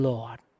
Lord